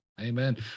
Amen